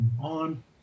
on